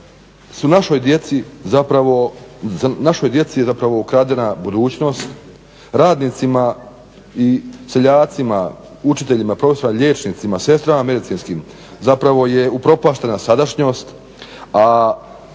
našoj djeci je ukradena budućnost, radnicima i seljacima, učiteljima, profesorima, liječnicima, sestrama medicinskim zapravo je upropaštena sadašnjost